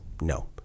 no